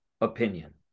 opinion